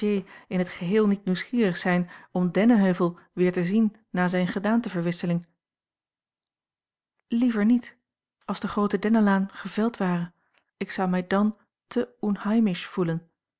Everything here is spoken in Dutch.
in het geheel niet nieuwsgierig zijn om dennenheuvel weer te zien na zijne gedaanteverwisseling liever niet als de groote dennenlaan geveld ware ik zou mij dàn te umheimisch voelen